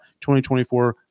2024